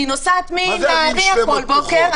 אני נוסעת מנהריה כל בוקר,